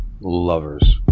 lovers